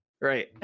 Right